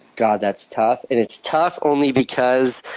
god, that's tough. and it's tough only because